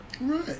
Right